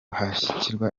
hashakishwa